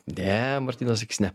ne martynas sakys ne